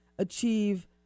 achieve